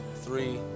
three